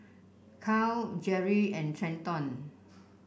Karl Jeri and Trenton